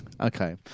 okay